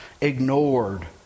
ignored